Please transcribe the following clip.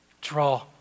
draw